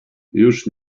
już